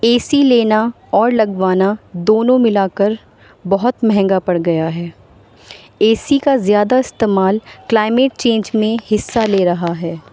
اے C لینا اور لگوانا دونوں ملا کر بہت مہنگا پڑ گیا ہے اے سی کا زیادہ استعمال کلائمیٹ چینج میں حصہ لے رہا ہے